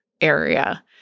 area